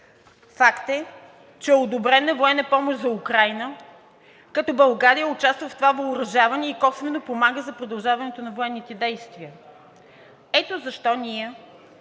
Факт е, че е одобрена военна помощ за Украйна, като България участва в това въоръжаване и косвено помага за продължаването на военните действия. Ето защо ние